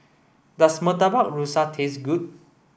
does Murtabak Rusa taste good